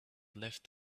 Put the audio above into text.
left